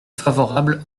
favorable